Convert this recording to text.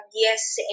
yes